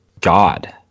God